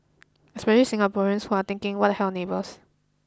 especially Singaporeans who are thinking what the hell neighbours